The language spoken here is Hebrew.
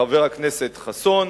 חבר הכנסת חסון,